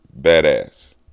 badass